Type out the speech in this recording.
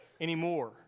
anymore